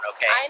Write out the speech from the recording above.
Okay